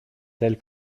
telle